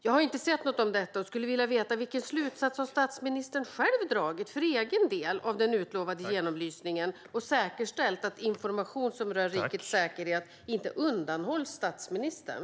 Jag har inte sett något om detta och skulle vilja veta vilken slutsats statsministern själv har dragit, för egen del, av den utlovade genomlysningen och hur han har säkerställt att information som rör rikets säkerhet inte undanhålls statsministern.